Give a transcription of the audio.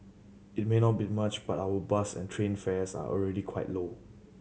it may not be much but our bus and train fares are already quite low